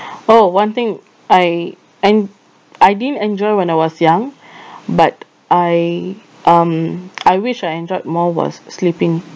oh one thing I and I didn't enjoy when I was young but I um I wish I enjoyed more was sleeping